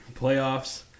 playoffs